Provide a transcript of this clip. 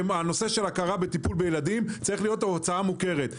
שהנושא של הכרה בטיפול בילדים צריך להיות הוצאה מוכרת.